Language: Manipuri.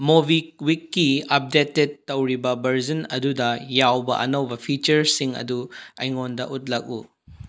ꯃꯣꯕꯤꯛꯋꯤꯛꯀꯤ ꯑꯞꯗꯦꯇꯦꯠ ꯇꯧꯔꯤꯕ ꯕꯔꯖꯟ ꯑꯗꯨ ꯌꯥꯎꯕ ꯑꯅꯧꯕ ꯐꯤꯆꯔꯁꯤꯡ ꯑꯗꯨ ꯑꯩꯉꯣꯟꯗ ꯎꯠꯂꯛꯎ